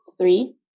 three